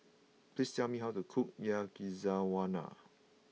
please tell me how to cook Yakizakana